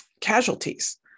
casualties